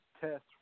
test